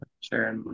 Sure